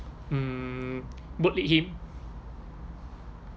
mm bootlick him